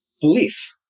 belief